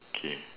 K